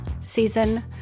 season